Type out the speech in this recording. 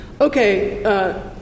Okay